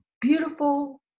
beautiful